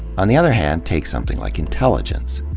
on the other hand, take something like intelligence.